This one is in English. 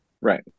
Right